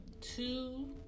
Two